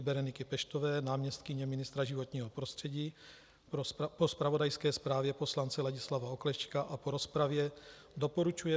Bereniky Peštové, náměstkyně ministra životního prostředí, po zpravodajské zprávě poslance Ladislava Oklešťka a po rozpravě doporučuje